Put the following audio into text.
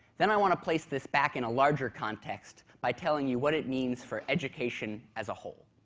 then i want to place this back in a larger context by telling you what it means for education as a whole.